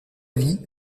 vie